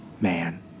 man